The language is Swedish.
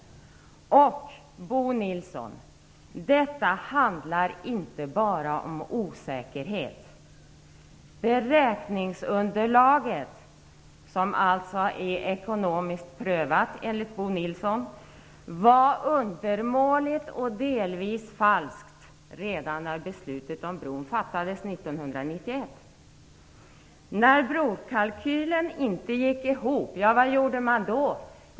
Och, Bo Nilsson, detta handlar inte bara om osäkerhet! Beräkningsunderlaget som enligt Bo Nilsson är ekonomiskt prövat var undermåligt och delvis falskt redan när beslutet om bron fattades 1991. När brokalkylen inte gick ihop, vad gjorde man då?